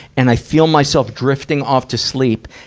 and i feel myself drifting off to sleep.